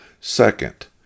Second